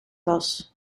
was